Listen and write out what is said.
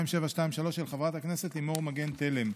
פ/2723/24, של חברת הכנסת לימור מגן תלם.